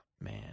man